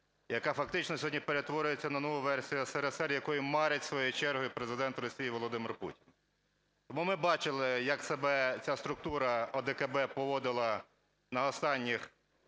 яка фактично сьогодні перетворюється на нову версію СРСР, якою марить своєю чергою Президент Росії Володимир Путін. Ми бачили, як себе ця структура ОДКБ поводила на останніх